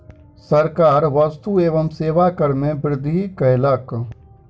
सरकार वस्तु एवं सेवा कर में वृद्धि कयलक